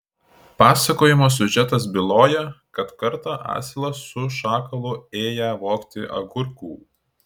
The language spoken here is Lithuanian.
pasakojimo siužetas byloja kad kartą asilas su šakalu ėję vogti agurkų